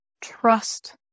trust